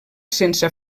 sense